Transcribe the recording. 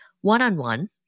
one-on-one